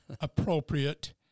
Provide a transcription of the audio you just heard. appropriate